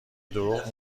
دروغ